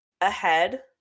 ahead